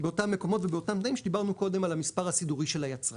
באותם מקומות ובאותם תנאים שדיברנו קודם על המספר הסידורי של היצרן.